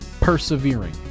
Persevering